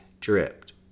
dripped